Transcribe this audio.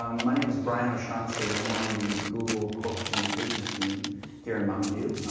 um my name is brian o'shaughnessy. i'm on the google corporate communications team here in mountain view.